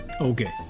Okay